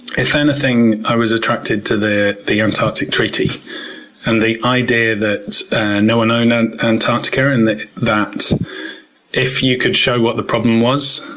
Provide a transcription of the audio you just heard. if anything, i was attracted to the the antarctic treaty and the idea that no one owned an antarctica and that if you could show what the problem was,